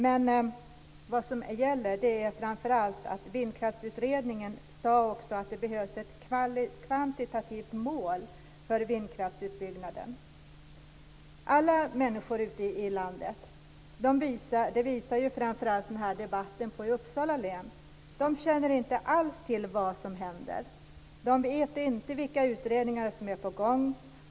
Men vad som gäller är framför allt att Vindkraftsutredningen sade att det behövs ett kvantitativt mål för vindkraftsutbyggnaden. Alla människor ute i landet - det visar framför allt debatten i Uppsala län - känner inte alls till vad som händer. De vet inte vilka utredningar som är på gång.